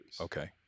Okay